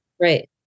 Right